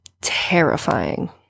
terrifying